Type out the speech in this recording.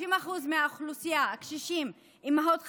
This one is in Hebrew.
30% מהאוכלוסייה, הקשישים, אימהות חד-הוריות,